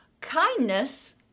kindness